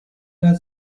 war